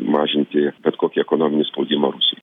mažinti bet kokį ekonominį spaudimą rusijai